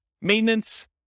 maintenance